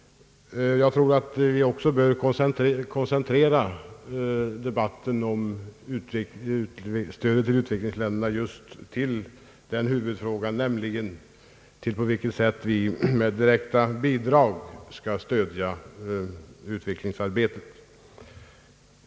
Jag tror att vi också bör koncentrera debatten om stödet till utvecklingsländerna just till huvudfrågan, nämligen på vilket sätt vi med direkta bidrag skall stödja utvecklingsarbetet.